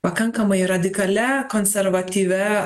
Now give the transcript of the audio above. pakankamai radikalia konservatyvia